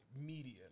media